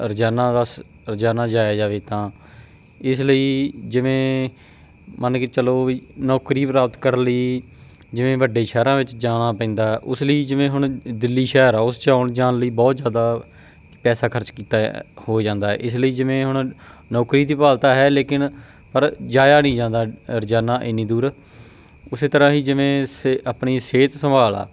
ਰੋਜ਼ਾਨਾ ਬਸ ਰੋਜ਼ਾਨਾ ਜਾਇਆ ਜਾਵੇ ਤਾਂ ਇਸ ਲਈ ਜਿਵੇਂ ਮੰਨ ਕੇ ਚੱਲੋ ਵੀ ਨੌਕਰੀ ਪ੍ਰਾਪਤ ਕਰਨ ਲਈ ਜਿਵੇਂ ਵੱਡੇ ਸ਼ਹਿਰਾਂ ਵਿੱਚ ਜਾਣਾ ਪੈਂਦਾ ਉਸ ਲਈ ਜਿਵੇਂ ਹੁਣ ਦਿੱਲੀ ਸ਼ਹਿਰ ਆ ਉਸ 'ਚ ਆਉਣ ਜਾਣ ਲਈ ਬਹੁਤ ਜ਼ਿਆਦਾ ਪੈਸਾ ਖਰਚ ਕੀਤਾ ਹੋ ਜਾਂਦਾ ਇਸ ਲਈ ਜਿਵੇਂ ਹੁਣ ਨੌਕਰੀ ਦੀ ਭਾਲ ਤਾਂ ਹੈ ਲੇਕਿਨ ਪਰ ਜਾਇਆ ਨਹੀਂ ਜਾਂਦਾ ਰੋਜ਼ਾਨਾ ਇੰਨੀ ਦੂਰ ਉਸ ਤਰ੍ਹਾਂ ਹੀ ਜਿਵੇਂ ਸੇ ਆਪਣੀ ਸਿਹਤ ਸੰਭਾਲ ਆ